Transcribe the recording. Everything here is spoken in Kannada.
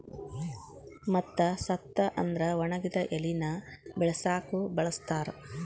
ಮತ್ತ ಸತ್ತ ಅಂದ್ರ ಒಣಗಿದ ಎಲಿನ ಬಿಳಸಾಕು ಬಳಸ್ತಾರ